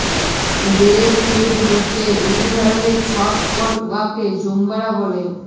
grape fruit হছে ইক ধরলের ছট ফল উয়াকে জাম্বুরা ব্যলে